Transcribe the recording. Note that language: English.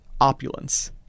opulence